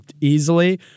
easily